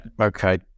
okay